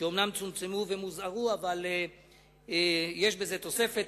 שאומנם צומצמו ומוזערו אבל יש בזה תוספת.